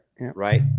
Right